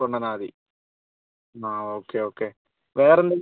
കൊണ്ടുവന്നാൽ മതി ആ ഓക്കെ ഓക്കെ വേറെ എന്തെങ്കിലും